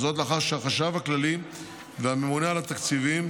וזאת לאחר שהחשב הכללי והממונה על התקציבים